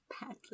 badly